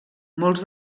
molts